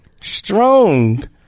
Strong